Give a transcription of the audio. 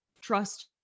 Trust